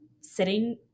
sitting